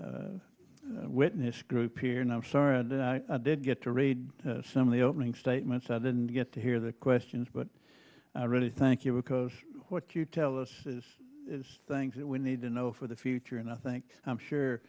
great witness group here and i'm sorry and i did get to read some of the opening statements i didn't get to hear the questions but i really thank you because what you tell us is things that we need to know for the future and i think i'm sure